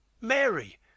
Mary